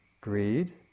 greed